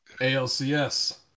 ALCS